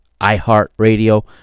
iHeartRadio